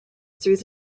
through